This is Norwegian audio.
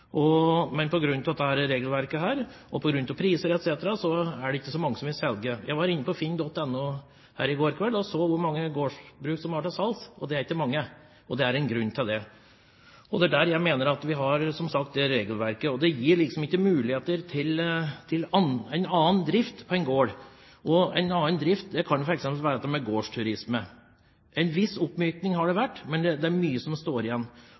men på grunn av regelverk og på grunn av priser etc. er det ikke så mange som vil selge. Jeg var inne på FINN.no i går kveld og så hvor mange gårdsbruk som var til salgs. Det var ikke mange, og det er en grunn til det. Det er på grunn av det regelverket vi har, som sagt. Det gis ikke muligheter til en annen drift på en gård – og en annen drift kan f.eks. være gårdsturisme. En viss oppmykning har det vært, men det er mye som står igjen.